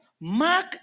Mark